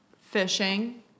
Fishing